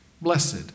Blessed